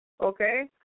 Okay